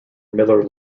miller